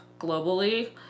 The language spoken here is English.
globally